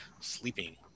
sleeping